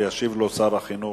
וישיב לו שר החינוך.